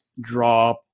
draw